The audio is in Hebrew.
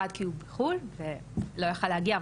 אחד כי הוא בחו"ל ולא יכל להגיע,